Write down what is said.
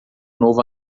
novo